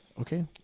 Okay